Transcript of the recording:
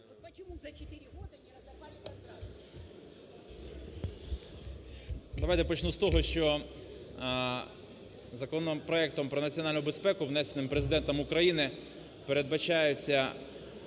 Давайте почну з того, що законопроектом про національну безпеку, внесеним Президентом України, передбачається